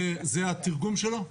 זה התרגום שלו?